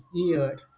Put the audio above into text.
ear